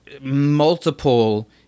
multiple